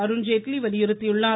அருண்ஜேட்லி வலியுறுத்தியுள்ளார்